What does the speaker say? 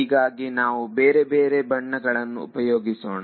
ಹೀಗಾಗಿ ನಾವು ಬೇರೆ ಬೇರೆ ಬಣ್ಣ ಗಳನ್ನು ಉಪಯೋಗಿಸೋಣ